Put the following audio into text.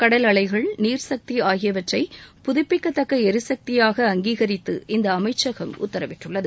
கடல் அலைகள் நீர் சக்தி ஆகியவற்றை புதப்பிக்கத்தக்க எரிசக்தியாக அங்கீகரித்து இந்த அமைச்சகம் உத்தரவிட்டுள்ளது